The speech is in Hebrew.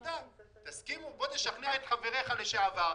בוא תשכנע את חבריך לשעבר,